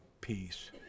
peace